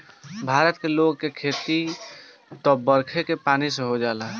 भारत के लोग के खेती त बरखे के पानी से हो जाला